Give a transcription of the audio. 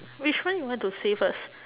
which one you want to say first